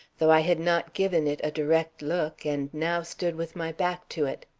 though i had not given it a direct look and now stood with my back to it.